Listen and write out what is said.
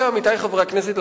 עמיתי חברי הכנסת,